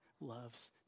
loves